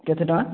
କେତେ ଟଙ୍କା